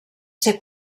ser